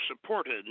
supported